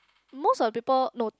most of the people no